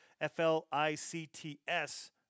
F-L-I-C-T-S